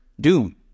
doom